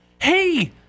hey